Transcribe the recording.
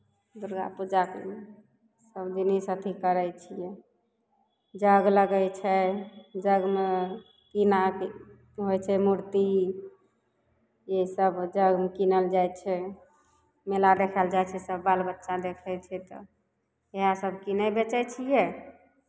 दुर्गापूजाके सभदिन ई सँ अथी करै छियै जग लगै छै जगमे कीनयके होइ छै मूर्ति ईसभ जग किनल जाइ छै मेला देखै लए जाइ छै सब बाल बच्चा देखै छै तब इएहसब कीनै बेचै छियै